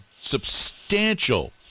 substantial